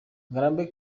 ngarambe